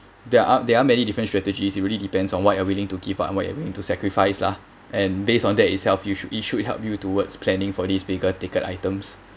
there are there are many different strategies it really depends on what you are willing to give up and what you are willing to sacrifice lah and based on that itself you should it should help you towards planning for this bigger ticket items